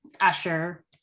Usher